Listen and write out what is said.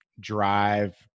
drive